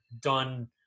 done